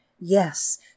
Yes